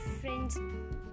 friends